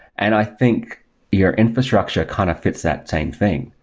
and i think your infrastructure kind of fits that same thing.